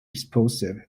explosive